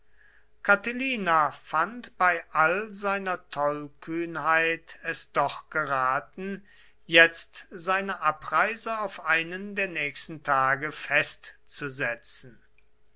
catilina fand bei all seiner tollkühnheit es doch geraten jetzt seine abreise auf einen der nächsten tage festzusetzen